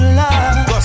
love